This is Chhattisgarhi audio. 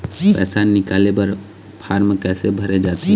पैसा निकाले बर फार्म कैसे भरे जाथे?